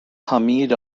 hamid